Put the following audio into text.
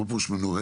מה הפירוש מנוהלת?